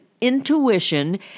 intuition